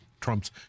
Trump's